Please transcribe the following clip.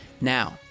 Now